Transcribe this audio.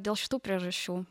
dėl šitų priežasčių